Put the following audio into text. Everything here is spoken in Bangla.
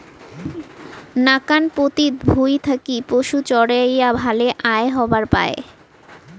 নাকান পতিত ভুঁই থাকি পশুচরেয়া ভালে আয় হবার পায়